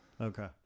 Okay